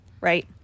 right